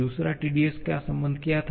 दूसरा Tds का क्या संबंध था